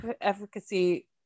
efficacy